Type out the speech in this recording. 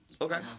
Okay